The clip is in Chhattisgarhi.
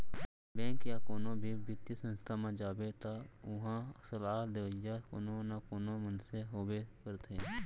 बेंक या कोनो भी बित्तीय संस्था म जाबे त उहां सलाह देवइया कोनो न कोनो मनसे होबे करथे